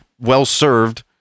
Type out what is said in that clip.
well-served